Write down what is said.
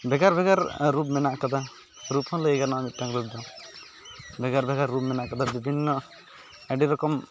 ᱵᱷᱮᱜᱟᱨ ᱵᱷᱮᱜᱟᱨ ᱨᱩᱯ ᱢᱮᱱᱟᱜ ᱠᱟᱫᱟ ᱨᱩᱚ ᱦᱚᱸ ᱞᱟᱹᱭ ᱜᱟᱱᱚᱜᱼᱟ ᱢᱤᱫᱴᱟᱝ ᱨᱩᱯ ᱫᱚ ᱵᱷᱮᱜᱟᱨ ᱵᱷᱮᱜᱟᱨ ᱨᱩᱯ ᱢᱮᱱᱟᱜ ᱠᱟᱫᱟ ᱵᱤᱵᱷᱤᱱᱱᱚ ᱟᱹᱰᱤ ᱨᱚᱠᱚᱢ